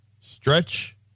Stretch